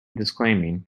disclaiming